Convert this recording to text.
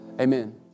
Amen